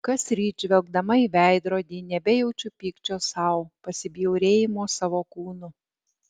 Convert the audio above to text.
kasryt žvelgdama į veidrodį nebejaučiu pykčio sau pasibjaurėjimo savo kūnu